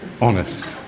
honest